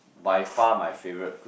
by far my favourite